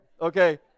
okay